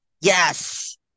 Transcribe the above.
Yes